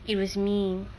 it was me